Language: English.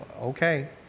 Okay